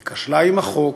היא כשלה עם החוק.